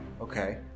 okay